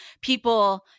people